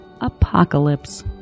Apocalypse